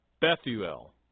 Bethuel